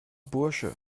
bursche